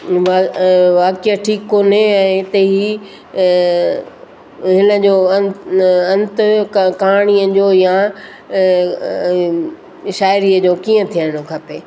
वाक्य ठीकु कोन्हे ऐं हिते हीउ हिन जो अं अंतु कहाणीअ जो या शाइरीअ जो कीअं थियणु खपे